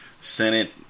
senate